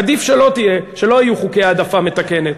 עדיף שלא יהיו חוקי העדפה מתקנת,